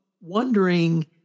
wondering